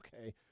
Okay